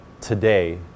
today